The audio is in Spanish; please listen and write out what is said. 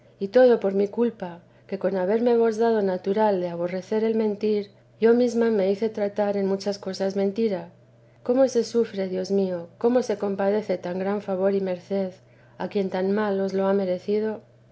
y todo por mi culpa que con haberme vos dado natural de aborrecer el mentir yo mesma me hice tratar en muchas cosas mentira cómo se sufre dios mío cómo se compadece tan gran favor y merced a quien tan mal os lo ha merecido